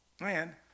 Man